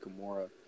Gamora